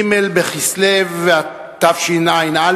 ג' בכסלו התשע"א,